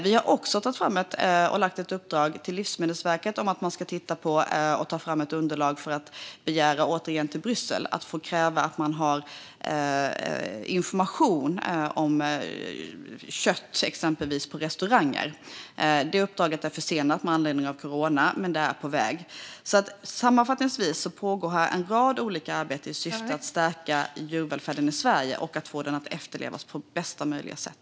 Vi har också tagit fram och lagt ett uppdrag till Livsmedelsverket om att man ska titta på och ta fram ett underlag för att begära, återigen till Bryssel, att få kräva information om kött exempelvis på restauranger. Det uppdraget är försenat med anledning av corona, men det är på väg. Sammanfattningsvis pågår en rad olika arbeten i syfte att stärka djurvälfärden i Sverige och att få den att efterlevas på bästa möjliga sätt.